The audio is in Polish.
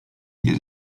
nie